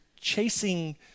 chasing